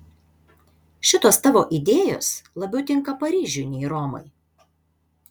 šitos tavo idėjos labiau tinka paryžiui nei romai